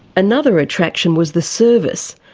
another attraction was the service.